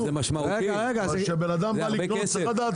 אבל זה משמעותי, זה הרבה כסף.